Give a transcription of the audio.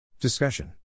Discussion